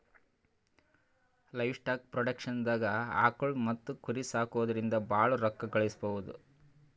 livestock ಪ್ರೊಡಕ್ಷನ್ದಾಗ್ ಆಕುಳ್ ಮತ್ತ್ ಕುರಿ ಸಾಕೊದ್ರಿಂದ ಭಾಳ್ ರೋಕ್ಕಾ ಗಳಿಸ್ಬಹುದು